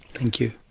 thank you.